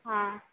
ହଁ